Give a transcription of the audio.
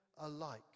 alike